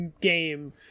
Game